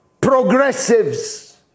progressives